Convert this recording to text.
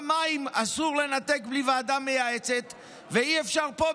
למה מים אסור לנתק בלי ועדה מייעצת ואי-אפשר פה,